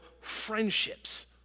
friendships